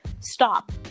stop